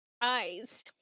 eyes